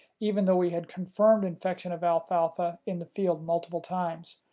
even though we had confirmed infection of alfalfa in the field multiple times.